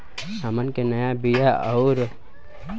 हमन के नया बीया आउरडिभी के नाव कहवा मीली?